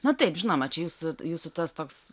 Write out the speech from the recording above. na taip žinoma čia jūsų jūsų tas toks